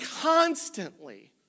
constantly